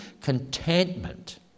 Contentment